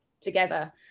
together